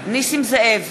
נסים זאב,